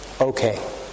okay